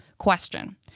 Question